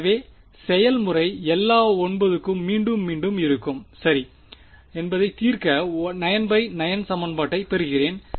எனவே செயல்முறை எல்லா 9 க்கும் மீண்டும் மீண்டும் இருக்கும் சரி என்பதை தீர்க்க 9 பை 9 சமன்பாட்டைப் பெறுகிறேன்